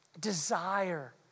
desire